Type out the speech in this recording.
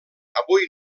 avui